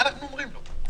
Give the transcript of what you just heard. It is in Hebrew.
מה אנחנו אומרים לו?